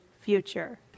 future